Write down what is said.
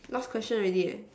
a lot of question already eh